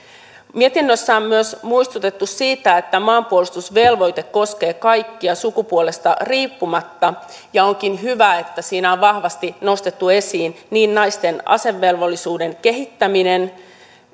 mietinnössä on myös muistutettu siitä että maanpuolustusvelvoite koskee kaikkia sukupuolesta riippumatta ja onkin hyvä että siinä on vahvasti nostettu esiin niin naisten asevelvollisuuden kehittäminen